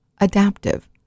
adaptive